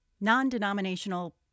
non-denominational